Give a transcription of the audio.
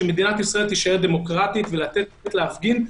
שמדינת ישראל תישאר דמוקרטית ולתת להפגין,